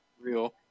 Real